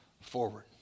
forward